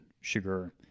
sugar